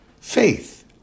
faith